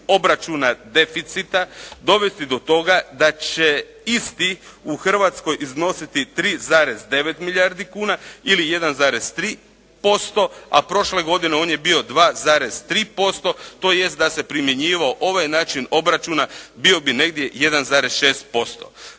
obračuna deficita dovesti do toga da će isti u Hrvatskoj iznositi 3,9 milijardi kuna ili 1,3% a prošle godine on je bio 2,3% tj. da se primjenjivao ovaj način obračuna bio bi negdje 1,6%.